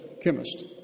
chemist